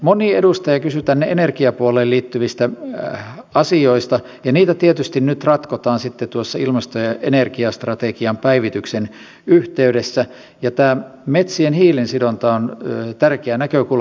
moni edustaja kysyi tähän energiapuoleen liittyvistä asioista ja niitä tietysti nyt ratkotaan ilmasto ja energiastrategian päivityksen yhteydessä ja tämä metsien hiilensidonta on tärkeä näkökulma